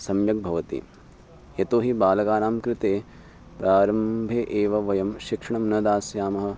सम्यक् भवति यतो हि बालकानां कृते प्रारम्भे एव वयं शिक्षणं न दास्यामः